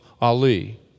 Ali